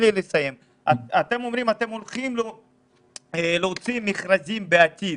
אתם אומרים שאתם הולכים להוציא מכרזים בעתיד,